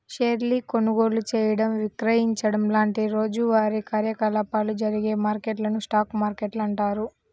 షేర్ల కొనుగోలు చేయడం, విక్రయించడం లాంటి రోజువారీ కార్యకలాపాలు జరిగే మార్కెట్లను స్టాక్ మార్కెట్లు అంటారు